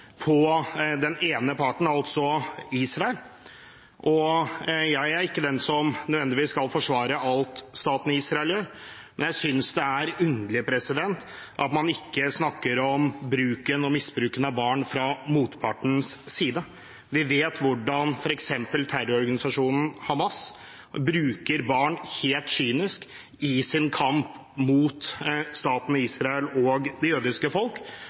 på den ene parten, altså Israel. Jeg er ikke den som nødvendigvis skal forsvare alt staten Israel gjør, men jeg synes det er underlig at man ikke snakker om bruken og misbruken av barn fra motpartens side. Vi vet hvordan f.eks. terrororganisasjonen Hamas bruker barn helt kynisk i sin kamp mot staten Israel og det jødiske folk,